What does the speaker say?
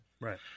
Right